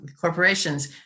corporations